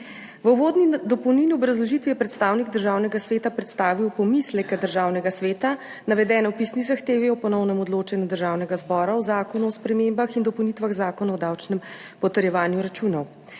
V uvodni dopolnilni obrazložitvi je predstavnik Državnega sveta predstavil pomisleke Državnega sveta, navedene v pisni zahtevi o ponovnem odločanju Državnega zbora o Zakonu o spremembah in dopolnitvah Zakona o davčnem potrjevanju računov.